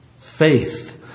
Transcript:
Faith